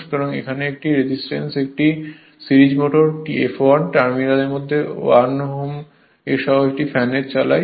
সুতরাং এখানে একটি রেজিস্ট্যান্স একটি সিরিজ মোটর f1 টার্মিনালের মধ্যে 1 Ω সহ একটি ফ্যান চালায়